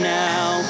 now